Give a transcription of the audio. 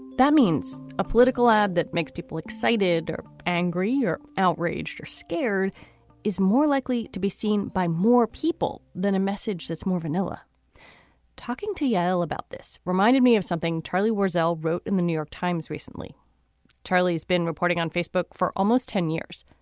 that means a political ad that makes people excited or angry or outraged or scared is more likely to be seen by more people than a message that's more vanilla talking to yell about this reminded me of something charlie was l wrote in the new york times recently charlie has been reporting on facebook for almost ten years.